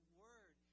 word